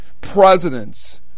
Presidents